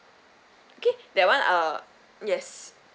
okay that one uh yes